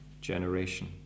generation